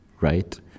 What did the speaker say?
right